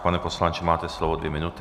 Pane poslanče, máte slovo dvě minuty.